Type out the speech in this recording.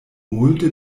multe